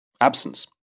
Absence